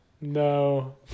No